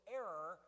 error